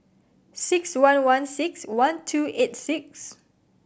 six one one six one two eight six